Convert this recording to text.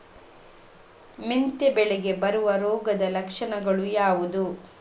ಮೆಂತೆ ಬೆಳೆಗೆ ಬರುವ ರೋಗದ ಲಕ್ಷಣಗಳು ಯಾವುದು?